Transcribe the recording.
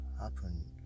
happen